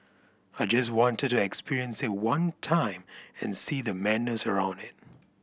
I just wanted to experience it one time and see the madness around it